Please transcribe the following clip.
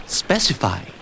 specify